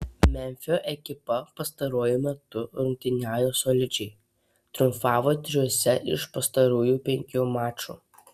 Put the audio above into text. memfio ekipa pastaruoju metu rungtyniauja solidžiai triumfavo trijuose iš pastarųjų penkių mačų